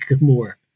more